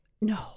No